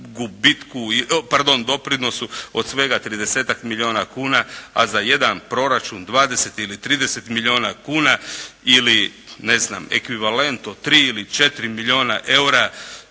financijskom doprinosu od svega 30-tak milijuna kuna, a za jedan proračun 20 ili 30 milijuna kuna. Ili ekvivalent od 3 ili 4 milijuna eura